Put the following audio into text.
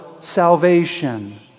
salvation